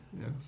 yes